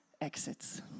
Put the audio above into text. exits